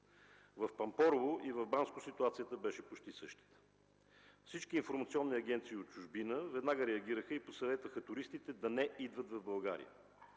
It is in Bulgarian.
В Пампорово и в Банско ситуацията беше почти същата. Всички информационни агенции от чужбина веднага реагираха и посъветваха туристите да не идват в България.